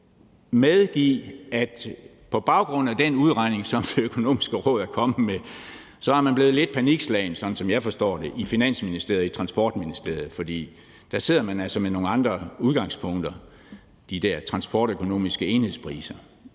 medgive, at på baggrund af den udregning, som Det Økonomiske Råd er kommet med, er man blevet lidt panikslagen, sådan som jeg forstår det, i Finansministeriet og i Transportministeriet, for der sidder man altså med nogle andre udgangspunkter i forhold til de der transportøkonomiske enhedspriser.